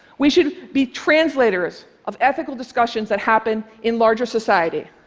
we should be translators of ethical discussions that happen in larger society.